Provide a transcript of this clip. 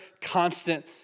constant